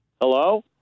Hello